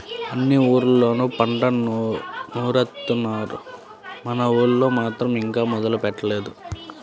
అన్ని ఊర్లళ్ళోనూ పంట నూరుత్తున్నారు, మన ఊళ్ళో మాత్రం ఇంకా మొదలే పెట్టలేదు